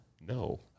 No